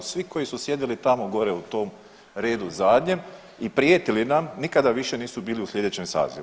Svi koji su sjedili tamo gore u tom redu zadnjem i prijetili nam, nikada više nisu bili u sljedećem sazivu.